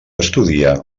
estudia